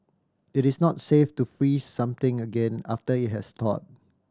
it is not safe to freeze something again after it has thawed